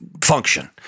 function